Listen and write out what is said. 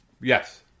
Yes